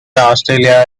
australia